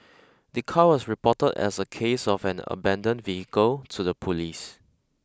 the car was reported as a case of an abandoned vehicle to the police